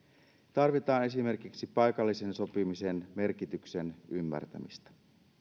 tarvitaan esimerkiksi paikallisen sopimisen merkityksen ymmärtämistä